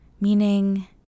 Meaning